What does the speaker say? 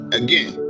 again